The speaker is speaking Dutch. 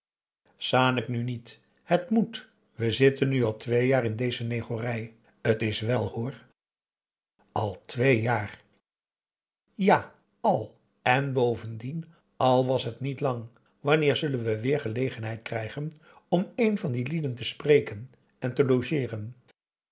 zanik nu niet het moet we zitten nu al twee jaar in deze negorij t is wèl hoor al twee jaar ja al en bovendien al was het niet lang wanneer zullen we weêr gelegenheid krijgen om een van die lieden te spreken en te logeeren